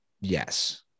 Yes